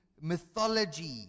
mythology